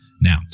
Now